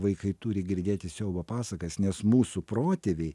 vaikai turi girdėti siaubo pasakas nes mūsų protėviai